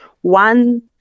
one